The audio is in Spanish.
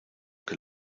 que